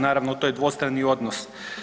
Naravno to je dvostrani odnos.